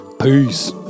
Peace